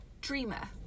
dreamer